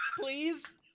Please